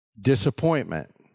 Disappointment